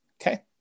Okay